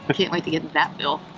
but can't wait to get that bill.